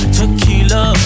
Tequila